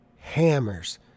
hammers